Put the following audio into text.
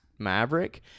maverick